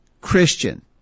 Christian